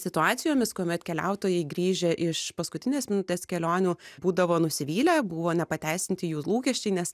situacijomis kuomet keliautojai grįžę iš paskutinės minutės kelionių būdavo nusivylę buvo nepateisinti jų lūkesčiai nes